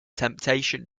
temptation